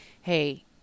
hey